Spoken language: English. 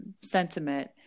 sentiment